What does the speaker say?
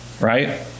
right